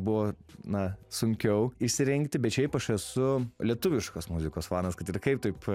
buvo na sunkiau išsirinkti bet šiaip aš esu lietuviškos muzikos fanas kad ir kaip taip